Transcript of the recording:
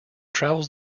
travels